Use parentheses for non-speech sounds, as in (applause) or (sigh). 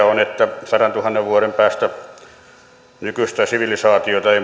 (unintelligible) on että sadantuhannen vuoden päästä nykyistä sivilisaatiota ei (unintelligible)